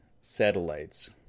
satellites